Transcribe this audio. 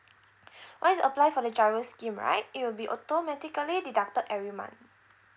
once you apply for the GIRO scheme right it will be automatically deducted every month